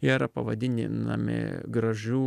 jie yra pavadininami gražiu